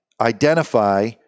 identify